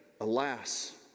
Alas